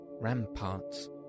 ramparts